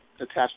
attached